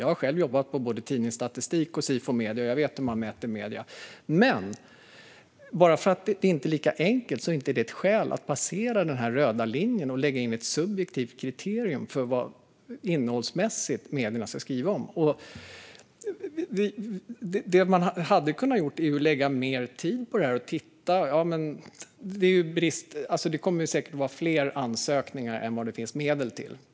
Jag har själv jobbat på både Tidningsstatistik och Sifo Media och vet hur man mäter medier. Men bara för att det inte är lika enkelt är det inte ett skäl att passera denna röda linje och lägga in ett subjektivt kriterium för vad medierna innehållsmässigt ska skriva om. Det man hade kunnat göra är att lägga mer tid på att titta på detta. Det kommer säkert att vara fler ansökningar än vad det finns medel till.